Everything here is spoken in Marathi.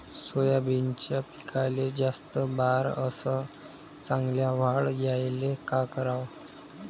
सोयाबीनच्या पिकाले जास्त बार अस चांगल्या वाढ यायले का कराव?